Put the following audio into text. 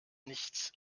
nichts